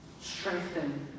strengthen